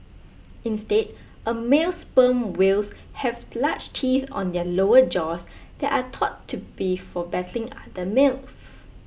instead a male sperm whales have large teeth on their lower jaws that are thought to be for battling other males